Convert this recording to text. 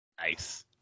Nice